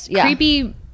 creepy